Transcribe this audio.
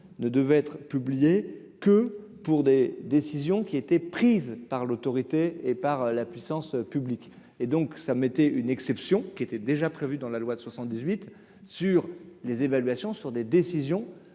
ne devaient être publiés que pour des décisions qui étaient prises par l'autorité et par la puissance publique et donc ça mettait une exception qui était déjà prévu dans la loi de 78 sur les évaluations sur des décisions